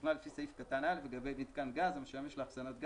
שהוכנה לפי סעיף קטן (א) לגבי מיתקן גז המשמש לאחסנת גז,